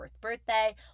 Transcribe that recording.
birthday